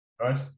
Right